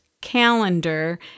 calendar